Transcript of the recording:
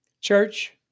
church